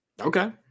Okay